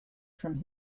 from